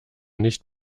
nicht